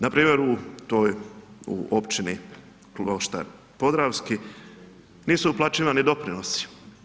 Npr. u toj, u općini Kloštar Podravski, nisu uplaćivani doprinosi.